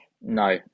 No